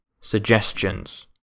suggestions